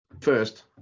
first